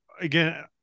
again